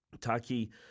Taki